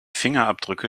fingerabdrücke